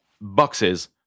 boxes